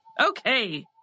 Okay